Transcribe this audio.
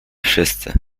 wszyscy